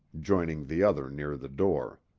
joining the other near the door.